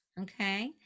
Okay